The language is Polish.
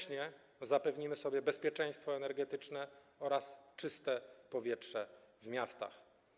Jednocześnie zapewnimy sobie bezpieczeństwo energetyczne oraz czyste powietrze w miastach.